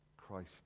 Christ